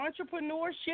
entrepreneurship